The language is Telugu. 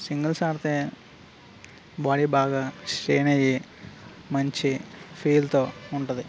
సింగిల్స్ ఆడితే బాడీ బాగా స్ట్రెయిన్ అయ్యి మంచి ఫీల్తో ఉంటుంది